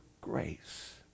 grace